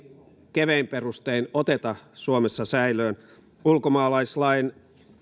kevein perustein oteta suomessa säilöön ulkomaalaislain